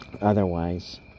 Otherwise